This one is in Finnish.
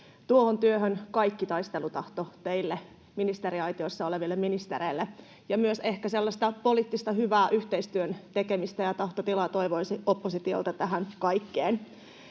Tuohon työhön kaikki taistelutahto teille ministeriaitiossa oleville ministereille! Myös ehkä sellaista poliittista hyvää yhteistyön tekemistä ja tahtotilaa toivoisi oppositiolta tähän kaikkeen.